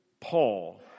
Paul